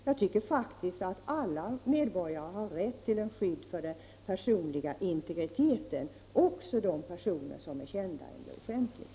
Jag tycker faktiskt att alla medborgare har rätt till skydd för den personliga integriteten, också de personer som är kända eller är offentliga.